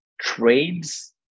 trades